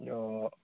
অঁ